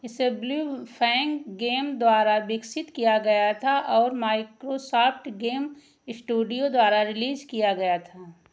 इसे Blue Fang game द्वारा विकसित किया गया था और माइक्रोसॉफ्ट गेम स्टूडियो द्वारा रिलीज़ किया गया था